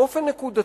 באופן נקודתי,